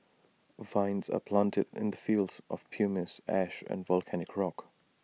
vines are planted in the fields of pumice ash and volcanic rock